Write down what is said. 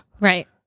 Right